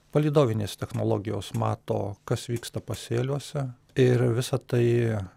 palydovinės technologijos mato kas vyksta pasėliuose ir visa tai